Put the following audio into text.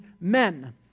men